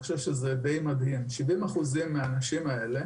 70% מהאנשים האלה